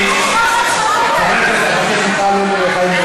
יש לך מזל שאת בכנסת ישראל,